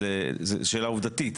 סיבה שנייה,